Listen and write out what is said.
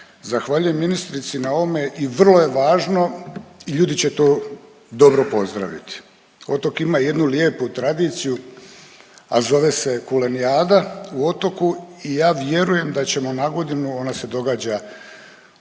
zahvaljujem ministrici na ovome i vrlo je važno, ljudi će to dobro pozdraviti. Otok ima jednu lijepu tradiciju, a zove se kulenijada u Otoku i ja vjerujem da ćemo na godinu, ona se događa